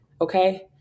okay